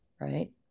right